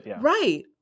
right